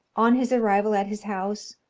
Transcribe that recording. on his arrival at his house,